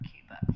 Cuba